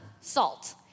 salt